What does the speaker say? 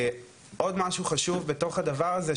עוד משהו חשוב בתוך הדבר הזה,